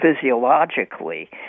physiologically